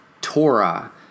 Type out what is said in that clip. Torah